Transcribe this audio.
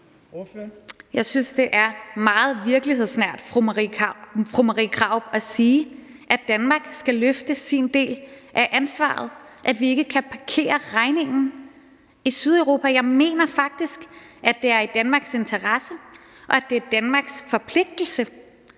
Jeg synes, det er meget virkelighedsnært, fru Marie Krarup, at sige, at Danmark skal løfte sin del af ansvaret, at vi ikke kan parkere regningen i Sydeuropa. Jeg mener faktisk, det er i Danmarks interesse, og at det er Danmarks forpligtelse